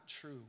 true